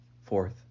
Fourth